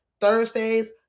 Thursdays